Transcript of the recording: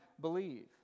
believe